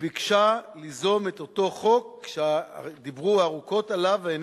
וביקשה ליזום את אותו חוק שדיברו עליו ארוכות,